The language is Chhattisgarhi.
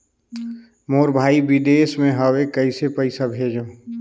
मोर भाई विदेश मे हवे कइसे पईसा भेजो?